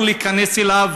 ואסור להיכנס אליו,